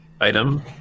item